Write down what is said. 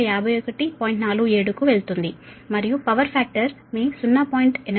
47 కి వెళుతుంది మరియు పవర్ ఫాక్టర్ మీ 0